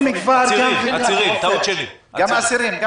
גם אסירים.